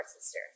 sister